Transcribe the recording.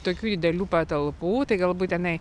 tokių didelių patalpų tai galbūt tenai